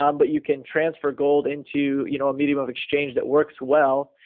um but you can transfer gold into you know a medium of exchange that works well.